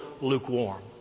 lukewarm